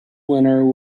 winner